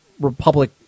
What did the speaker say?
Republic